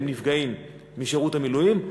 הם נפגעים משירות המילואים,